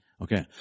Okay